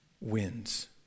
wins